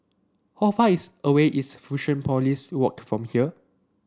how far is away is Fusionopolis Walk from here